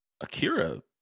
Akira